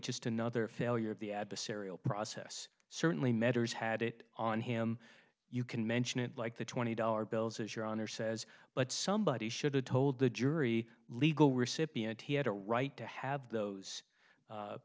just another failure of the adversarial process certainly matters had it on him you can mention it like the twenty dollar bills as your honor says but somebody should have told the jury legal recipient he had a right to have those